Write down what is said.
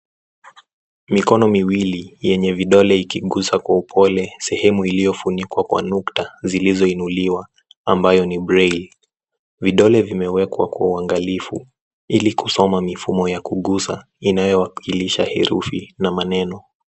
Mikono miwili yenye vidole ikiguza kwa upole sehemu iliyofunikwa kwa nukta zilizoinuliwa ambayo ni breli. Vidole vimewekwa kwa uangalifu ili kusoma mifumo ya kuguza nisyowakilisha herufi na maneno.